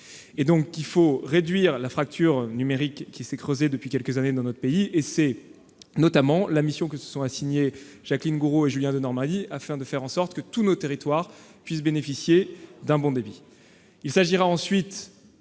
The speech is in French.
faut donc réduire la fracture numérique, qui s'est creusée depuis quelques années dans notre pays. C'est notamment la mission que se sont assignée Jacqueline Gourault et Julien Denormandie, de manière à ce que tous nos territoires puissent bénéficier d'un bon débit.